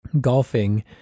golfing